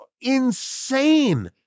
insane